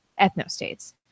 ethnostates